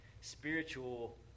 spiritual